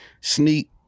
sneak